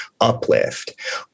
uplift